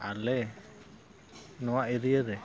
ᱟᱞᱮ ᱱᱚᱣᱟ ᱮᱨᱤᱭᱟ ᱨᱮ